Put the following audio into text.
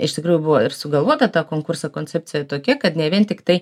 iš tikrųjų buvo ir sugalvota ta konkurso koncepcija tokia kad ne vien tiktai